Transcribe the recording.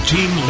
Team